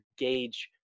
engage